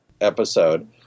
episode